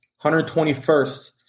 121st